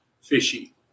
fishy